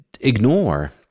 ignore